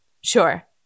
sure